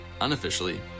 Unofficially